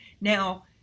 now